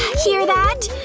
hear that?